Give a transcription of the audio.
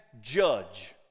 judge